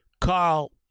Carl